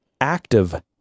active